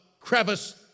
crevice